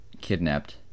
kidnapped